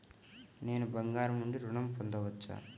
నేను బంగారం నుండి ఋణం పొందవచ్చా?